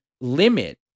limit